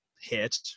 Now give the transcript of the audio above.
hit